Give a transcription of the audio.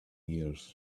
years